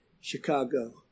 Chicago